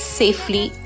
safely